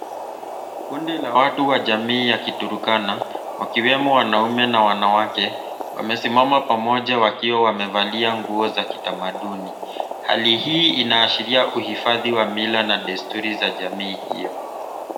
Kundi la watu wa jamii ya Turkana, wakiwemo wanaume na wanawake, wamesimama pamoja wakiwa wamevalia nguo za kitamaduni. Hali hii inaashiria uhifadhi wa mila na desturi za jamii hiyo.